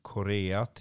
Korea